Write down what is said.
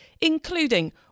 including